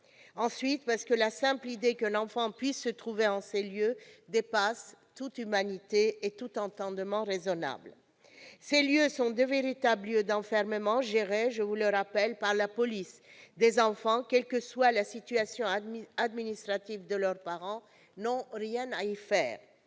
D'autre part, la simple idée qu'un enfant puisse se trouver en ces lieux dépasse toute humanité et tout entendement raisonnable. Ce sont de véritables lieux d'enfermement, gérés, je vous le rappelle, par la police. Des enfants, quelle que soit la situation administrative de leurs parents, n'ont rien à y faire.